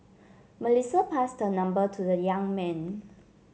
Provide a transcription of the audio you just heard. Melissa passed her number to the young man